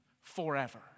forever